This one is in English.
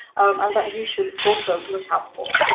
um but you should also look out for.